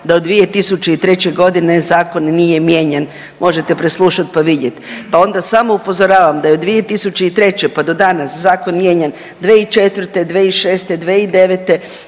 da od 2003.g. zakon nije mijenjan, možete preslušat, pa vidjet. Pa onda samo upozoravam da je od 2003. pa do danas zakon mijenjan 2004., 2006., 2009.,